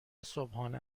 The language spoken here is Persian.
صبحانه